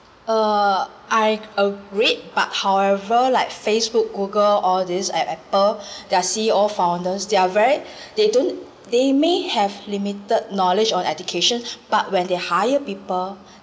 uh I agree but however like Facebook Google all this and Apple their C_E_O founders they are very they don't they may have limited knowledge on education but when they hire people